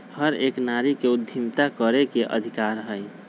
हर एक नारी के उद्यमिता करे के अधिकार हई